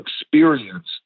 experience